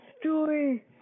story